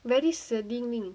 very saddening